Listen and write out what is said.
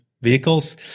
vehicles